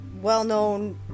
well-known